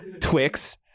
Twix